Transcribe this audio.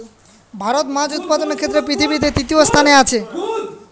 ভারত মাছ উৎপাদনের ক্ষেত্রে পৃথিবীতে তৃতীয় স্থানে আছে